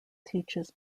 teaches